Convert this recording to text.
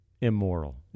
immoral